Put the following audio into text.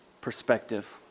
perspective